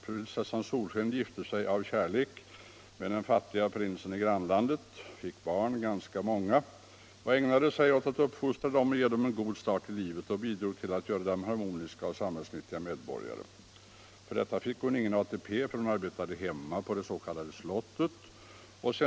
Prinsessan Solsken gifte sig av kärlek med den fattige prinsen i grannlandet, fick barn — ganska många — och ägnade sig åt att uppfostra dem och ge dem god start i livet, och hon bidrog till att göra dem till harmoniska och samhällsnyttiga medborgare. För detta fick hon ingen ATP, för hon arbetade hemma på det s.k. slottet.